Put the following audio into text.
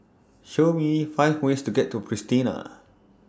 Show Me five ways to get to Pristina